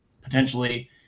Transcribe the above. potentially